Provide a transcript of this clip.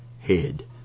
head